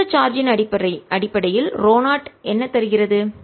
மொத்த சார்ஜ் ன் அடிப்படையில் ρ0 என்ன தருகிறது